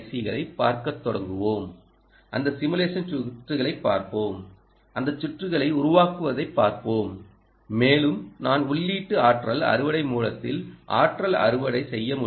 களைப் பார்க்கத் தொடங்குவோம் அந்த சிமுலேஷன் சுற்றுகளைப் பார்ப்போம் அந்த சுற்றுகளை உருவாக்குவதைப் பார்ப்போம் மேலும் நான் உள்ளீட்டு ஆற்றல் அறுவடை மூலத்தில் ஆற்றல் அறுவடை செய்ய முடியும்